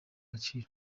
gaciro